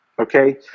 Okay